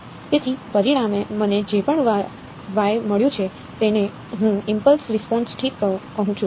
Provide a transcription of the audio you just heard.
તેથી પરિણામે મને જે પણ વાય મળ્યું છે તેને હું ઇમ્પલ્સ રિસ્પોન્સ ઠીક કહું છું